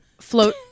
float